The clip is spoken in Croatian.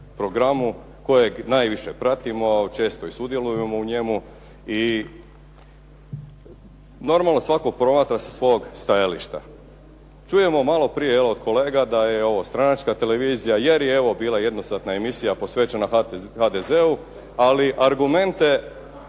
programu kojeg najviše pratimo i često sudjelujemo u njemu i normalno svatko promatra sa svoga stajališta. Čujem malo prije od kolega da je ovo stranačka televizija, jer je bila jednosatna emisija posvećena HDZ-u, ali argumente